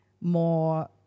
more